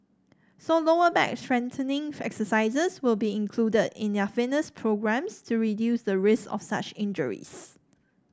so lower back strengthening exercises will be included in their fitness programmes to reduce the risk of such injuries